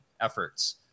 efforts